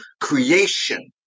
creation